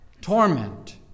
torment